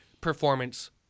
performance